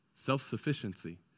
self-sufficiency